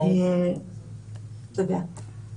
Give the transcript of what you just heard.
תודה.